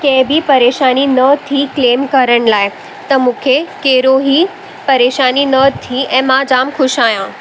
कंहिं बि परेशानी न थी क्लेम करण लाइ त मूंखे कहिड़ो ई परेशानी न थी ऐं मां जाम ख़ुशि आहियां